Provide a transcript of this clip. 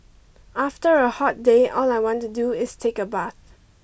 after a hot day all I want to do is take a bath